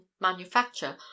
manufacture